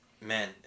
Man